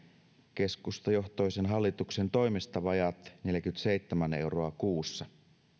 keskustajohtoisen hallituksen toimesta vajaat neljäkymmentäseitsemän euroa kuussa